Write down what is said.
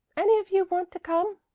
any of you want to come?